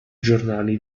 giornali